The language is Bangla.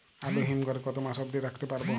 আলু হিম ঘরে কতো মাস অব্দি রাখতে পারবো?